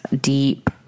deep